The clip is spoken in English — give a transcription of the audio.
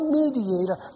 mediator